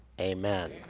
Amen